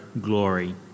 glory